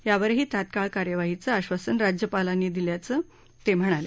यावरही तत्काळ कार्यवाहीचं आश्वासन राज्यपालांनी दिल्याचं ते म्हणाले